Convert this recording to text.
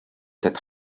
that